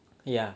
ya